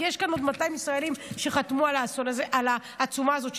כי יש כאן עוד 200 ישראלים שחתמו על העצומה הזאת,